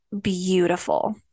Beautiful